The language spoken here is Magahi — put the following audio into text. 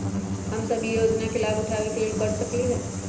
हम सब ई योजना के लाभ उठावे के लेल की कर सकलि ह?